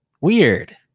Weird